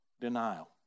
Denial